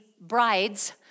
brides